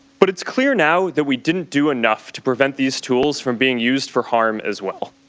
but it's clear now that we didn't do enough to prevent these tools from being used for harm, as well.